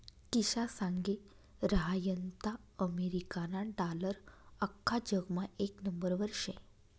किशा सांगी रहायंता अमेरिकाना डालर आख्खा जगमा येक नंबरवर शे